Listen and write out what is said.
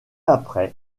après